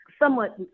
somewhat